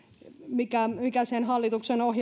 mikä mikä hallituksen